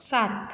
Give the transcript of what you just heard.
सात